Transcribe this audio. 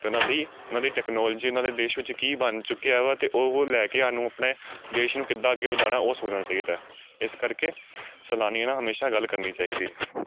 ਅਤੇ ਉਹਨਾਂ ਦੀ ਉਹਨਾਂ ਦੀ ਟੈਕਨੋਲੋਜੀ ਇਹਨਾਂ ਦੇ ਦੇਸ਼ ਵਿੱਚ ਕੀ ਬਣ ਚੁੱਕਿਆ ਵਾ ਅਤੇ ਉਹ ਲੈ ਕੇ ਸਾਨੂੰ ਆਪਣੇ ਦੇਸ਼ ਨੂੰ ਕਿੱਦਾਂ ਅੱਗੇ ਵਧਾਉਣਾ ਉਸ ਸੋਚਣਾ ਚਾਹੀਦਾ ਇਸ ਕਰਕੇ ਸੈਲਾਨੀਆਂ ਨਾਲ ਹਮੇਸ਼ਾ ਗੱਲ ਕਰਨੀ ਚਾਹੀਦੀ